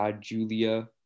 Julia